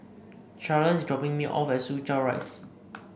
Charls is dropping me off at Soo Chow Rise